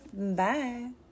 Bye